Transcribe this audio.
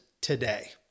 today